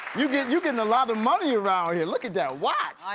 you gettin' you gettin' a lot of money around here, look at that watch,